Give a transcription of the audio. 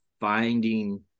finding